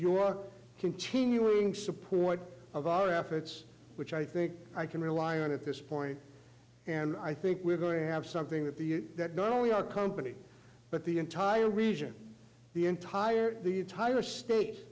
your continuing support of our efforts which i think i can rely on at this point and i think we're going to have something that the that not only our company but the entire region the entire the entire state